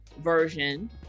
version